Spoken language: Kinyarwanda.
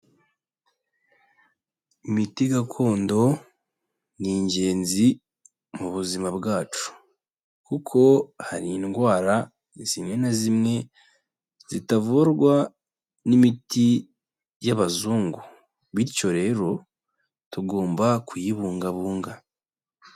Imiti gakondo ni ingenzi mu buzima bwacu kuko hari indwara zimwe na zimwe zitavurwa n'imiti y'abazungu, bityo rero tugomba kuyibungabunga.